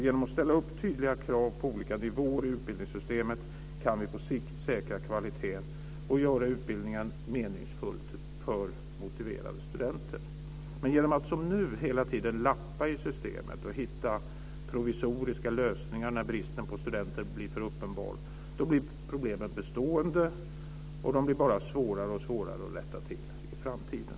Genom att ställa upp tydliga krav på olika nivåer i utbildningssystemet kan vi på sikt säkra kvaliteten och göra utbildningen meningsfull för motiverade studenter. Om man som nu hela tiden lappar i systemet och hittar provisoriska lösningar när bristen på studenter blir för uppenbar, blir problemen bestående och allt svårare att rätta till i framtiden.